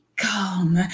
Come